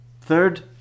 Third